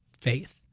faith